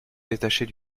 détacher